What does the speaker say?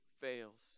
fails